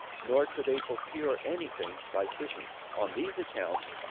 nor could they procure any thing by fishing. on these accounts,